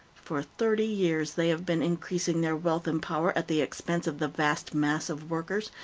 for thirty years they have been increasing their wealth and power at the expense of the vast mass of workers,